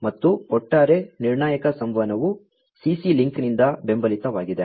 ಮತ್ತು ಒಟ್ಟಾರೆ ನಿರ್ಣಾಯಕ ಸಂವಹನವು CC ಲಿಂಕ್ನಿಂದ ಬೆಂಬಲಿತವಾಗಿದೆ